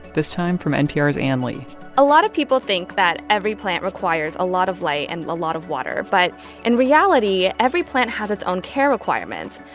this time from npr's anne li a lot of people think that every plant requires a lot of light and a lot of water. but in and reality, every plant has its own care requirements.